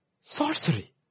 sorcery